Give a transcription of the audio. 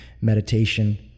Meditation